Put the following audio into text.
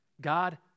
God